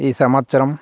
ఈ సంవత్సరం